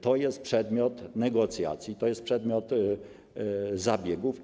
To jest przedmiot negocjacji, to jest przedmiot zabiegów.